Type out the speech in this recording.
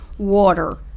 water